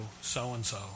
so-and-so